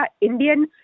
Indian